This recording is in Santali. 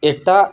ᱮᱴᱟᱜ